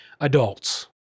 adults